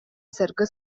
саргы